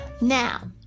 Now